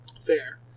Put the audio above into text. Fair